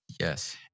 Yes